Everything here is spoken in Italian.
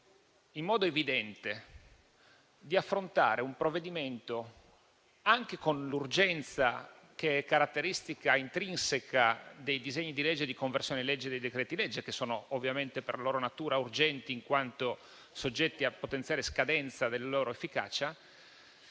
in modo evidente di affrontare un provvedimento anche con l'urgenza che è caratteristica intrinseca dei disegni di legge di conversione in legge dei decreti-legge, che sono ovviamente per loro natura urgenti in quanto soggetti a potenziale scadenza della loro efficacia.